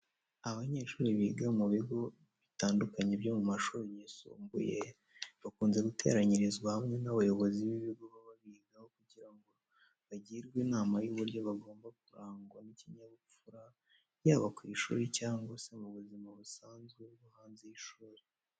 Abanyeshuri biga mu bigo bitandukanye byo mu mashuri yisumbuye, bakunze guteranyirizwa hamwe n'abayobozi b'ibigo baba bigaho kugira ngo bagirwe inama y'uburyo bagomba kurangwa n'ikinyabupfura yaba ku ishuri cyangwa se no mu buzima busanzwe bwo hanze y'ishuri.